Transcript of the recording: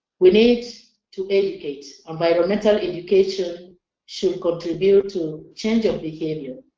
we need to dedicate environmental education should contribute to change of behavior.